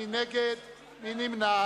מי נגד?